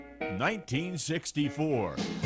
1964